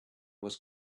was